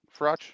Frotch